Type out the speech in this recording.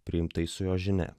priimtais su jo žinia